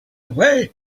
away